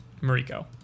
Mariko